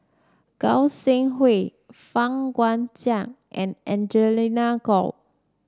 Goi Seng Hui Fang Guixiang and Angelina Choy